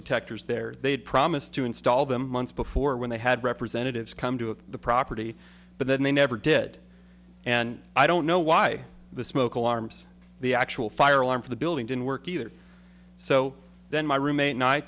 detectors there they had promised to install them months before when they had representatives come to the property but then they never did and i don't know why the smoke alarms the actual fire alarm for the building didn't work either so then my roommate